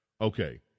Okay